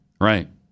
Right